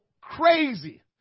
crazy